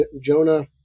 Jonah